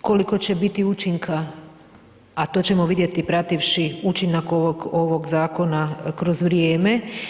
koliko će biti učinka, a to ćemo vidjeti prativši ovog zakona kroz vrijeme.